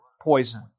poison